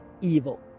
evil